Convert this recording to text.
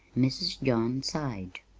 mrs. john sighed.